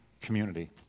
community